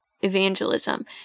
evangelism